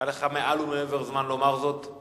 היה לך מעל ומעבר זמן לומר זאת.